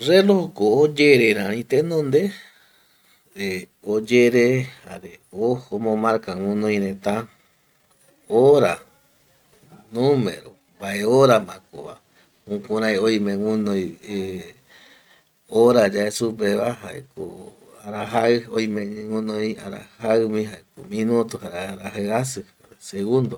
Reloko oyere räri tenonde eh oyere jare ojo omomarka guinoi reta hora, numero mbae horamakova, jukurai oime guinoi eh hora yae supeva jaeko arajai, oime guinoi arajaimi jaeko minuto jare arajaiasi segundo